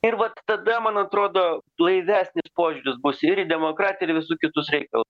ir vat tada man atrodo atlaidesnis požiūris bus ir į demokratiją ir į visus kitus reikalu